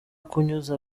kunyuza